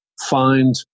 find